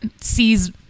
sees